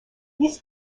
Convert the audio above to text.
these